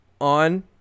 on